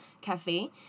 Cafe